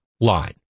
Line